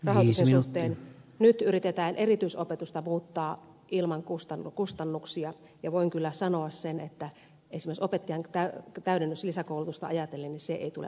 rahoituksen suhteen nyt yritetään erityisopetusta muuttaa ilman kustannuksia ja voin kyllä sanoa sen että esimerkiksi opettajien täydennys ja lisäkoulutusta ajatellen se ei tule onnistumaan